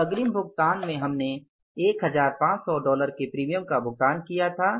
उस अग्रिम भुगतान में हमने 1500 डॉलर के प्रीमियम का भुगतान किया था